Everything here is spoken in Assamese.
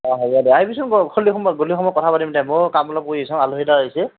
অ হ'ব দে আহিবিচোন গধূলি সময়ত কথা পাতিম দে ময়ো কাম অলপ কৰি আছোঁ আলহী এটা আহিছে